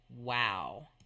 Wow